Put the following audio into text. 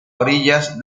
orillas